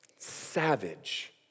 savage